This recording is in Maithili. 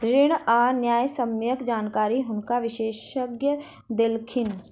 ऋण आ न्यायसम्यक जानकारी हुनका विशेषज्ञ देलखिन